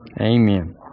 Amen